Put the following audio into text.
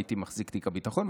הייתי מחזיק תיק הביטחון,